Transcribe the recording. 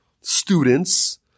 students